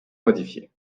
modifiées